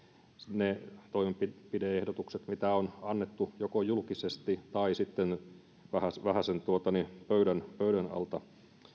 ne toimenpide ehdotukset mitä on annettu joko julkisesti tai sitten vähäsen pöydän pöydän alta